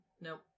nope